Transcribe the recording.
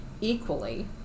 equally